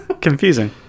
Confusing